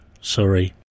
sorry –